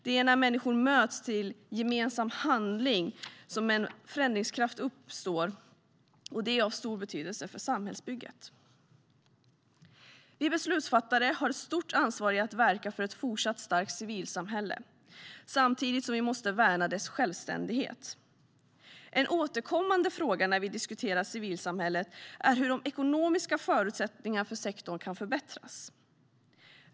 Det är när människor möts till gemensam handling som en förändringskraft uppstår, och det är av stor betydelse för samhällsbygget. Vi beslutsfattare har ett stort ansvar att verka för ett fortsatt starkt civilsamhälle samtidigt som vi måste värna dess självständighet. En återkommande fråga när vi diskuterar civilsamhället är hur de ekonomiska förutsättningarna för sektorn kan förbättras.